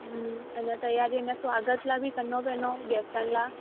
हूं अञा तयारी अञा स्वागतु लाइ बि करिणो पेंदो गेस्टनि लाइ